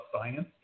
science